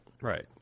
Right